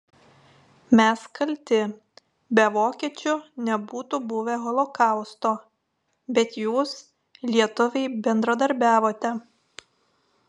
mes kalti be vokiečių nebūtų buvę holokausto bet jūs lietuviai bendradarbiavote